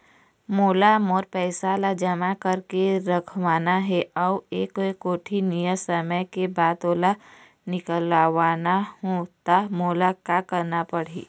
मोला मोर पैसा ला जमा करके रखवाना हे अऊ एक कोठी नियत समय के बाद ओला निकलवा हु ता मोला का करना पड़ही?